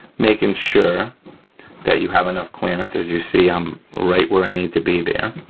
making sure that you have enough clearance as you see, i'm right where i need to be there.